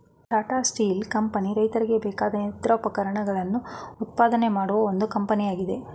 Tata steel company ರೈತರಿಗೆ ಬೇಕಾದ ಯಂತ್ರೋಪಕರಣಗಳನ್ನು ಉತ್ಪಾದನೆ ಮಾಡುವ ಒಂದು ಕಂಪನಿಯಾಗಿದೆ